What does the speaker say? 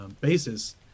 basis